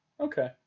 Okay